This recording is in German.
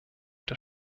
des